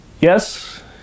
Yes